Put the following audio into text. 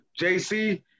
JC